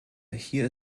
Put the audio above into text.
hier